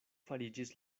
fariĝis